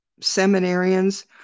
seminarians